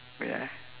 wait ah